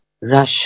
rush